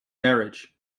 marriage